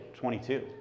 22